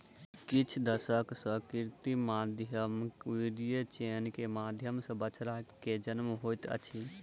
किछ दशक सॅ कृत्रिम वीर्यसेचन के माध्यम सॅ बछड़ा के जन्म होइत अछि